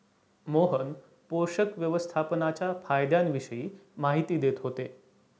मोहन पोषक व्यवस्थापनाच्या फायद्यांविषयी माहिती देत होते